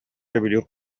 сөбүлүүр